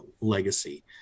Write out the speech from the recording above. legacy